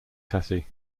cathy